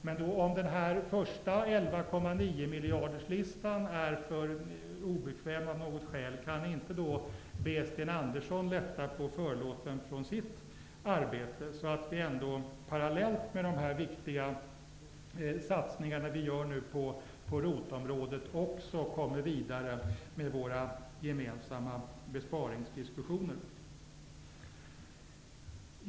Men om den första 11,9 miljarderslistan är för obekväm av något skäl, kan ni inte då be Sten Andersson lätta på förlåten till sitt arbete? Då skulle vi, parallellt med de viktiga satsningar vi gör på ROT-området, komma vidare med våra gemensamma besparingsdiskussioner.